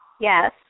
Yes